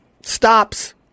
Stops